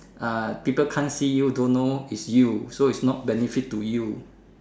ah people can't see you don't know it's you so it's not benefit to you